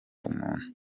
umuntu